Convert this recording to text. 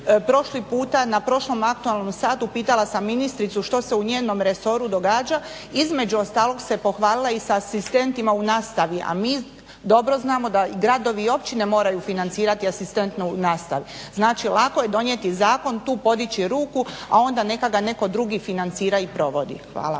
Prošli puta na prošlom aktualnom satu pitala sam ministricu što se u njenom resoru događa. Između ostalog se pohvalila i sa asistentima u nastavi, a mi dobro znamo da gradovi i općine moraju financirati asistente u nastavi. znači lako je donijeti zakon tu podići ruku, a onda neka ga netko drugi financira i provodi. Hvala.